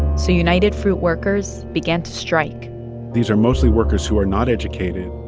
so united fruit workers began to strike these are mostly workers who are not educated,